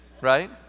right